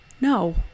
No